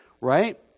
right